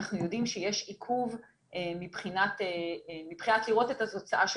אנחנו יודעים שיש עיכוב מבחינת לראות את התוצאה של